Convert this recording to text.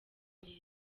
neza